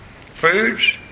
foods